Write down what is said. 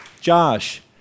Josh